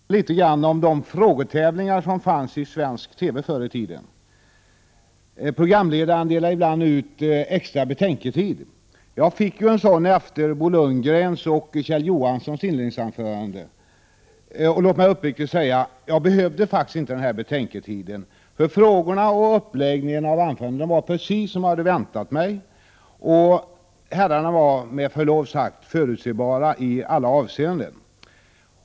Herr talman! Den här debatten påminner litet om de frågetävlingar som fanns i svensk TV förr i tiden. Programledaren delade ibland ut extra betänketid. Jag fick det efter Bo Lundgrens och Kjell Johanssons inledningsanföranden. Låt mig uppriktigt säga: Jag behövde faktiskt ingen extra betänketid. Frågorna och uppläggningen av anförandena var precis som jag hade väntat mig. Herrarna var, med förlov sagt, förutsebara i alla avseenden.